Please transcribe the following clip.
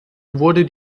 wurde